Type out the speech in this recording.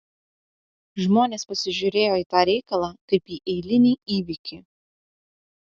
žmonės pasižiūrėjo į tą reikalą kaip į eilinį įvykį